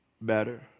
better